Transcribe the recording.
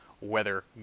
weather